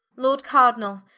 lord card'nall,